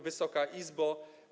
Wysoka Izbo!